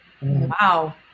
Wow